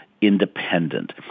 independent